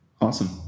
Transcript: Awesome